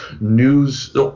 news